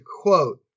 quote